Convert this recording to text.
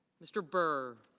mr. burr